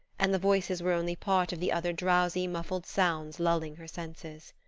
and the voices were only part of the other drowsy, muffled sounds lulling her senses.